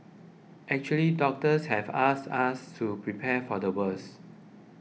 actually doctors have asked us to prepare for the worst